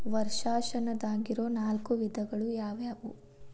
ವರ್ಷಾಶನದಾಗಿರೊ ನಾಲ್ಕು ವಿಧಗಳು ಯಾವ್ಯಾವು?